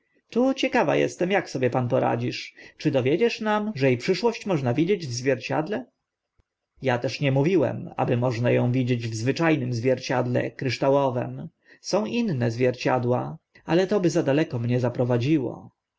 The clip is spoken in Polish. tu ciekawa estem ak pan sobie poradzisz czy dowiedziesz nam że i przyszłość można widzieć w zwierciedle ja też nie mówiłem aby można ą widzieć w zwycza nym zwierciedle kryształowym są inne zwierciadła ale to by za daleko mnie zaprowadziło